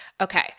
Okay